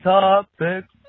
topics